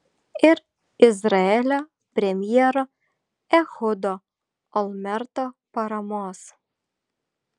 ir izraelio premjero ehudo olmerto paramos